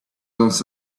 once